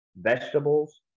vegetables